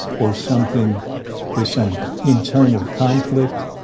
or something there's some internal conflict,